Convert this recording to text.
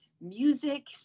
music